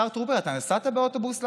השר טרופר, אתה נסעת באוטובוס לאחרונה?